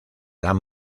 dan